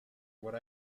what